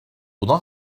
buna